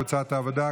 קבוצת העבודה,